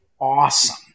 awesome